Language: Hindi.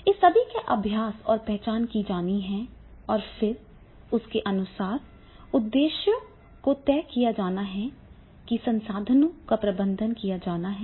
इस सभी का अभ्यास और पहचान की जानी है और फिर उसके अनुसार उद्देश्यों को तय किया जाना है और संसाधनों का प्रबंधन किया जाना है